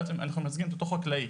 אנחנו מייצגים את אותו חקלאי.